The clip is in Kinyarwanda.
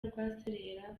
rwaserera